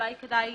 אולי כדאי